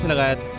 and let